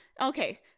Okay